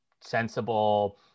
sensible